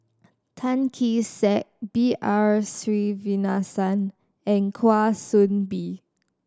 Tan Kee Sek B R Sreenivasan and Kwa Soon Bee